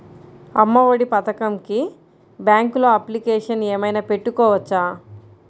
అమ్మ ఒడి పథకంకి బ్యాంకులో అప్లికేషన్ ఏమైనా పెట్టుకోవచ్చా?